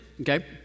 okay